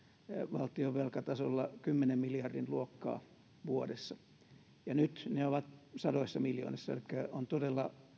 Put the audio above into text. valtion velkatasolla kymmenen miljardin luokkaa vuodessa nyt ne ovat sadoissa miljoonissa elikkä on todella